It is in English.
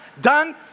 done